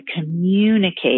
communicate